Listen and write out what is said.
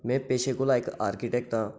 में पेशे कोला इक आर्किटैक्ट आं